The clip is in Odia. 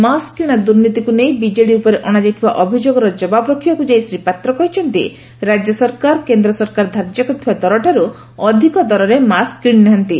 ମାସ୍କ୍ କିଶା ଦୁର୍ନୀତିକୁ ନେଇ ବିଜେଡ଼ି ଉପରେ ଅଣାଯାଇଥିବା ଅଭିଯୋଗର ଜବାବ ରଖିବାକୁ ଯାଇ ଶ୍ରୀ ପାତ୍ର କହିଛନ୍ତି ରାଜ୍ୟ ସରକାର କେନ୍ଦ ସରକାର ଧାର୍ଯ୍ୟ କରିଥିବା ଦରଠାରୁ ଅଧିକ ଦରରେ ମାସ୍କ୍ କିଶି ନାହାନ୍ତି